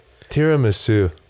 Tiramisu